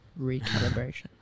recalibration